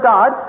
God